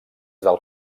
del